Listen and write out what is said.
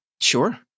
Sure